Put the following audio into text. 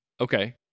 Okay